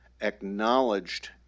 acknowledged